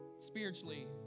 Spiritually